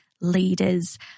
leaders